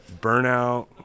burnout